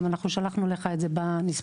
גם שלחנו לך את זה בנספחים.